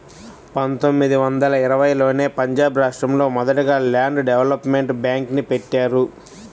పందొమ్మిది వందల ఇరవైలోనే పంజాబ్ రాష్టంలో మొదటగా ల్యాండ్ డెవలప్మెంట్ బ్యేంక్ని బెట్టారు